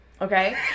Okay